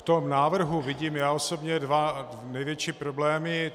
V tom návrhu vidím já osobně dva největší problémy.